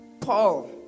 paul